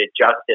justice